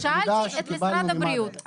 שאלתי את משרד הבריאות,